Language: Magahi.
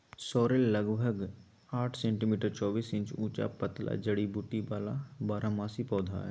सॉरेल लगभग साठ सेंटीमीटर चौबीस इंच ऊंचा पतला जड़ी बूटी वाला बारहमासी पौधा हइ